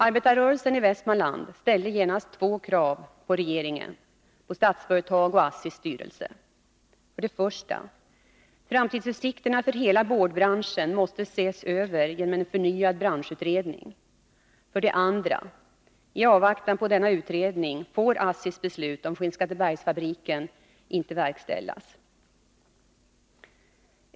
Arbetarrörelsen i Västmanland ställde genast två krav på regeringen, Statsföretag och ASSI:s styrelse: 1. Framtidsutsikterna för hela boardbranschen måste ses över genom en förnyad branschutredning. 2. I avvaktan på denna utredning får inte ASSI:s beslut om Skinnskattebergsfabriken verkställas.